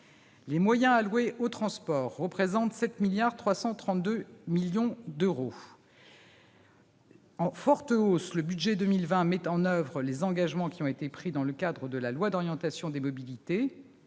les moyens alloués aux transports représentent 7,332 milliards d'euros. En forte hausse, le budget pour 2020 met en oeuvre les engagements pris dans le cadre de la loi d'orientation des mobilités.